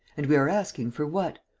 and we are asking for what?